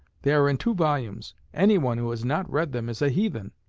they are in two volumes anyone who has not read them is a heathen